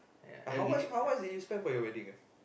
how much how much did you spend for your wedding ah